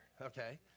Okay